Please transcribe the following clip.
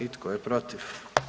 I tko je protiv?